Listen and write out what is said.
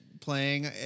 playing